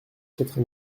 quatre